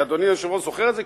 אדוני היושב-ראש זוכר את זה,